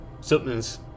something's